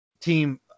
team